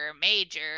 major